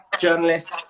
journalist